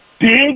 big